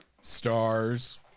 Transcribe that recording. stars